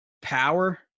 Power